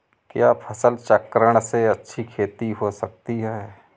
क्या फसल चक्रण से अच्छी खेती हो सकती है?